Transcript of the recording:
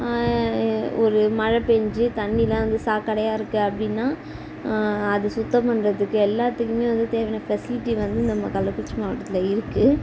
ஒரு மழை பெஞ்சு தண்ணிலாம் வந்து சாக்கடையாக இருக்குது அப்படீன்னா அது சுத்தம் பண்றதுக்கு எல்லாத்துக்குமே வந்து தேவையான பெசிலிட்டி வந்து நம்ம கள்ளக்குறிச்சி மாவட்டத்தில் இருக்கு